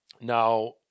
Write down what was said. Now